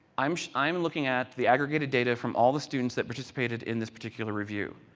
i am i am looking at the aggregated data from all the students that participated in this particular review.